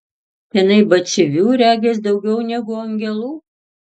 tenai batsiuvių regis daugiau negu angelų